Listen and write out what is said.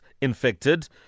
infected